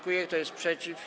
Kto jest przeciw?